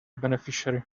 beneficiary